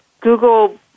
Google